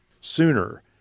sooner